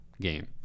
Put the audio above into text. game